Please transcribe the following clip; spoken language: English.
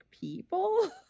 people